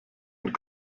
und